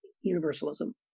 universalism